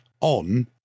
on